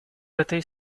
этой